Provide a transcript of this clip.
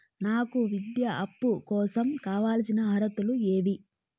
నాకు విద్యా అప్పు కోసం కావాల్సిన అర్హతలు ఏమి?